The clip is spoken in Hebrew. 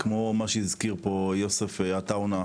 כמו מה שהזכיר פה יוסף עטאונה,